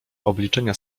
obliczenia